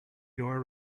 door